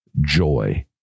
joy